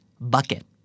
bucket